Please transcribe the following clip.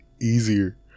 easier